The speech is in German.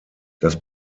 das